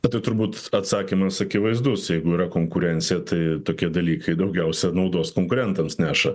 tai turbūt atsakymas akivaizdus jeigu yra konkurencija tai tokie dalykai daugiausia naudos konkurentams neša